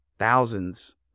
thousands